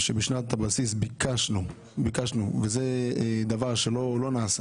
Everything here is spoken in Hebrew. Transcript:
שבשנת הבסיס ביקשנו וזה דבר שלא נעשה